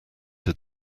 had